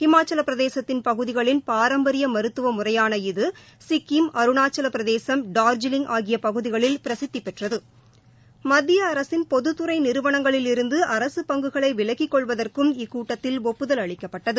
இமாச்சலப்பிரதேச பகுதிகளின் பாரம்பரிய மருத்துவ முறையான இது சிக்கிம் அருணாச்சலப்பிரதேசம் டார்ஜிலிங் ஆகிய பகுதிகளில் பிரசித்திப் பெற்றது மத்திய அரசின் பொதுத் துறை நிறுவனங்களில் இருந்து அரசு பங்குகளை விலக்கிக் கொள்வதற்கும் இக்கூட்டத்தில் ஒப்புதல் அளிக்கப்பட்டது